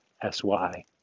S-Y